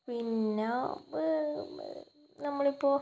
പിന്നെ നമ്മളിപ്പോൾ